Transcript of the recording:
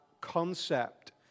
concept